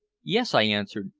yes, i answered,